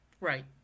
right